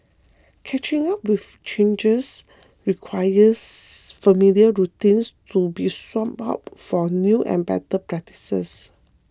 catching up with changes requires familiar routines to be swapped out for new and better practices